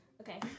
Okay